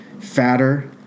fatter